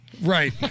Right